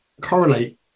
correlate